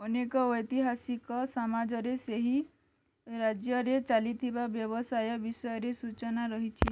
ଅନେକ ଐତିହାସିକ ସମାଜରେ ସେହି ରାଜ୍ୟରେ ଚାଲିଥିବା ବ୍ୟବସାୟ ବିଷୟରେ ସୂଚନା ରହିଛି